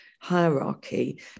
hierarchy